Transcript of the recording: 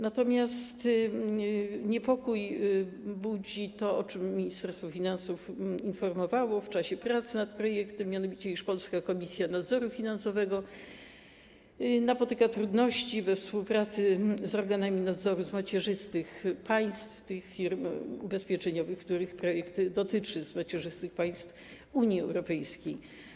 Natomiast niepokój budzi to, o czym Ministerstwo Finansów informowało w czasie prac nad projektem, mianowicie to, iż polska Komisja Nadzoru Finansowego napotyka trudności we współpracy z organami nadzoru z państw macierzystych tych firm ubezpieczeniowych, których projekt dotyczy, z państw macierzystych Unii Europejskiej.